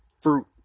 fruit